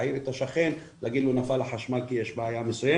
להעיר את השכן ולהגיד לו נפל החשמל כי יש בעיה מסוימת.